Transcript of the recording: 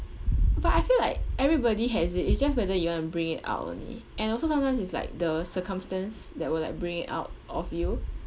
but I feel like everybody has it it's just whether you want to bring it out only and also sometimes is like the circumstance that will like bring it out of you